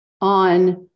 on